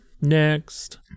Next